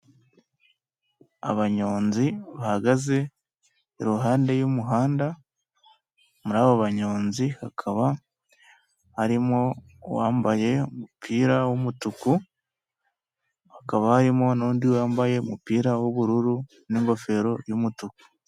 Abanyonzi bahagaze iruhande rw'umuhanda muri abo banyonzi hakaba harimo uwambaye umupira w’umutuku hakaba harimo nundi wambaye umupira w'ubururu n'ingofero y'umutuku.